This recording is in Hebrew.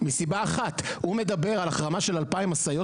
מסיבה אחת הוא מדבר על החרמה של 2,000 משאיות,